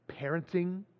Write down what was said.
parenting